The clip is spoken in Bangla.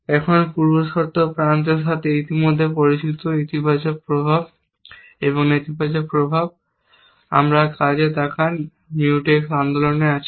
এখন পূর্বশর্ত প্রান্তের সাথে ইতিমধ্যে পরিচিত ইতিবাচক প্রভাব এবং নেতিবাচক প্রভাব আমরা কাজ তাকান Mutex আন্দোলনে আছে